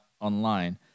online